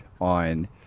on